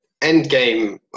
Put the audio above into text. Endgame